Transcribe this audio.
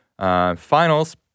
finals